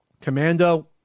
Commando